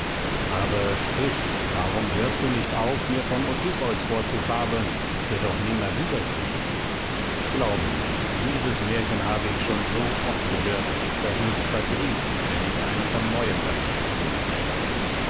aber sprich warum hörst du nicht auf mir vom odysseus vorzufabeln der doch nimmer wiederkehrt glaube mir dieses märchen habe ich schon so oft gehört daß mich's verdrießt wenn mich einer von neuem damit betrügen will